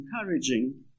encouraging